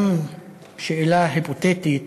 גם שאלה היפותטית: